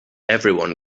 everyone